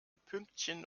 pünktchen